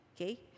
okay